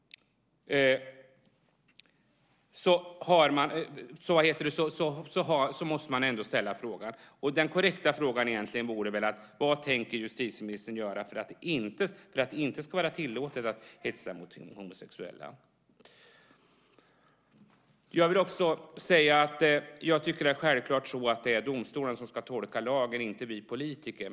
Den korrekta frågan vore egentligen: Vad tänker justitieministern göra för att det inte ska vara tillåtet att hetsa mot homosexuella? Jag tycker självklart att det är domstolarna som ska tolka lagen och inte vi politiker.